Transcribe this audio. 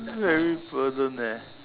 very burden eh